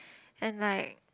and like